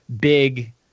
big